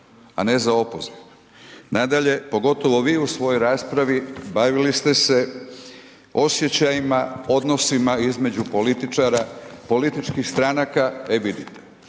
a ne za opoziv. Nadalje, pogotovo vi u svojoj raspravi bavili ste se osjećajima, odnosima između političara, političkih stranaka, e vidite,